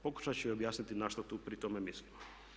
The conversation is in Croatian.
Pokušati ću objasniti na što tu pri tome mislim.